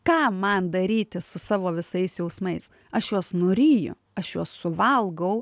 ką man daryti su savo visais jausmais aš juos nuryju aš juos suvalgau